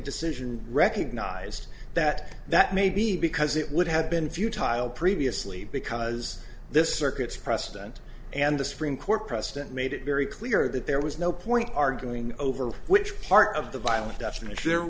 decision recognized that that may be because it would have been futile previously because this circuits president and the supreme court president made it very clear that there was no point arguing over which part of the violent definition there